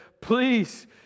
Please